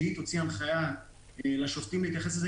שהיא תוציא הנחיה לשופטים להתייחס לזה